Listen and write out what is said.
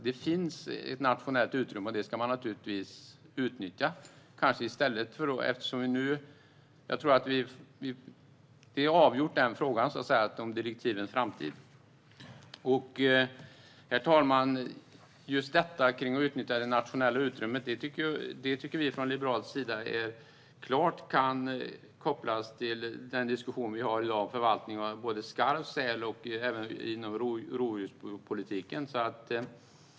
Det finns ett nationellt utrymme, och det ska man naturligtvis utnyttja eftersom frågan om direktivens framtid är avgjord. Herr talman! Just detta med att utnyttja det nationella utrymmet tycker vi från liberal sida klart kan kopplas till den diskussion vi har i dag om förvaltning av skarv och säl och även inom rovdjurspolitiken.